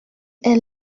est